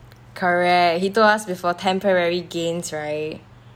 correct he told us before temporary gains right